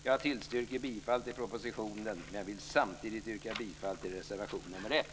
Jag tillstyrker bifall till propositionen men vill samtidigt yrka bifall till reservation 1.